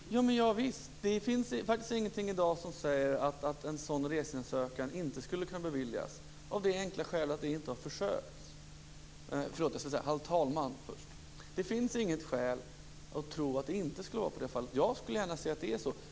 Herr talman! Ja visst. Det finns i dag faktiskt ingenting som säger att en sådan resningsansökan inte skulle kunna beviljas, av det enkla skälet att man inte har försökt att göra det. Det finns inget skäl att tro att det inte skulle vara på det sättet. Jag skulle gärna se att det är så.